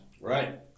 Right